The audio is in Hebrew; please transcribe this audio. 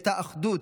את האחדות.